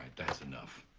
that's enough.